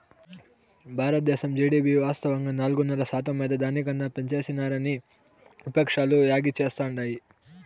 బారద్దేశం జీడీపి వాస్తవంగా నాలుగున్నర శాతమైతే దాని కన్నా పెంచేసినారని విపక్షాలు యాగీ చేస్తాండాయి